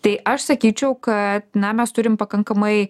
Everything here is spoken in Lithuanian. tai aš sakyčiau kad na mes turim pakankamai